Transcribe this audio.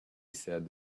said